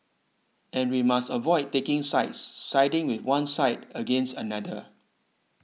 and we must avoid taking sides siding with one side against another